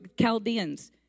Chaldeans